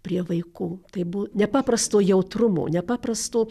prie vaikų tai buvo nepaprasto jautrumo nepaprasto